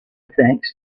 thanks